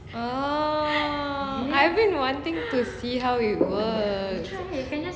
ah I've been wanting to see how it works